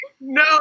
No